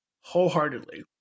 wholeheartedly